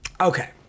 Okay